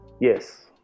Yes